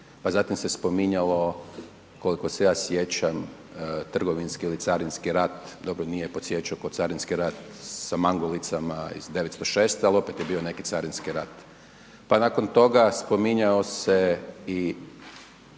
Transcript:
pa zatim se spominjalo, koliko se ja sjećam trgovinski ili carinski rat, dobro nije podsjećao kao carinski rat sa mangulicama iz 906.te ali opet je bio neki carinski rat. Pa nakon toga spominjao se i